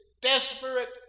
desperate